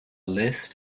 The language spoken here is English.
list